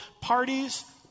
parties